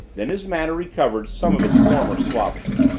then his manner recovered some of its former suavity.